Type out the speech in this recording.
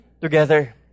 together